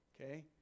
Okay